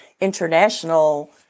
international